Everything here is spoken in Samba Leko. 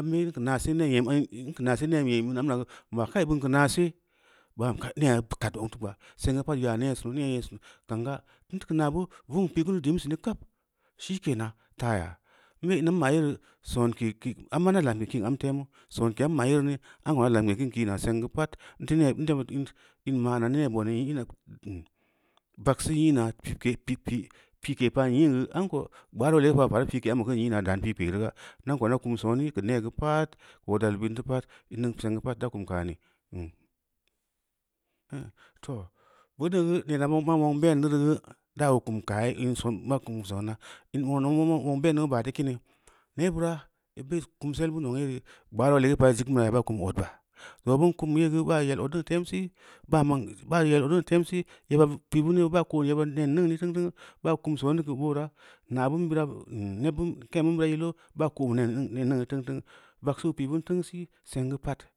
nmebe an ka’ na’a senyee nyem anka na’a senyéeən da’a em am naʊ mba’a kai ban kə na’a se’ da’a ba’an kai ne’a vu’ud ka’at wpng tə gba’a sengə pa’at ‘i’ le’a’ ne’ gno’o vuu’uŋ an pi’i kunun dimdine’ ka’ap shikenan ta’aya mbe’ ki’i amma’a anda’a lamke ki’in am temu’u sonke’ a’a am ma’a yeru ne amko anda’a lamke kan kina’a senga a’atən ti ni-ən to ba ən mana’a ne bonə ‘i’ ii’ina’a mmun vakso ‘i’ nəa ki ke pi ke-pi ke pa’ana ən gən amko’o gbaro’o leko kwar pi’ikeya’a mə kən nyi na’a nda’a kum soné kə negu’u pa’at da’a kum ka’ane mhmm mhmm toh ko dən gə nnenna’a ma’a woŋ mben da rə da’a ‘o’ kum ka’a ye ən son ba’a kum soná əni nebira’a ‘i’ bé kumsel bon oʒuŋ yerié gbaro’o asotkina’a ba’a kum ot ba’a toh ba’n kum ‘e’ gə ba’a yɛ pt niŋ temsi’i ba’a, ba’a yɛ ot niŋ temsi’i yeba’a piin ban yeɛ ba’a kum soné kə ba’o ra’a na’a baŋn ko on nnen niŋ ne təuŋ-təuŋ sii sengə pa’at.